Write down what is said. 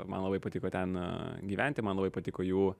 man labai patiko ten gyventi man labai patiko jų